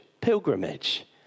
pilgrimage